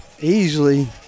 Easily